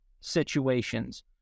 situations